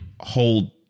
hold